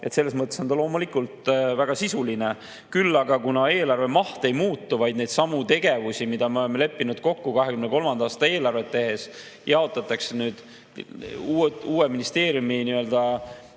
Selles mõttes on see loomulikult väga sisuline. Küll aga, kuna eelarve maht ei muutu, siis needsamad tegevused, mis me oleme leppinud kokku 2023. aasta eelarvet tehes, jaotatakse uue ministeeriumide